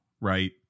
right